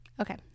okay